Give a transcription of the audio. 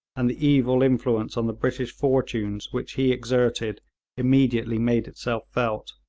and the evil influence on the british fortunes which he exerted immediately made itself felt,